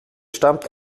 stammte